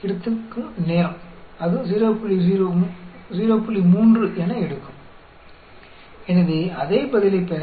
तो यह वह समय है जो वापस आने के लिए लेता है यह लगभग 03 लेता है